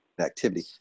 activity